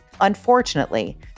Unfortunately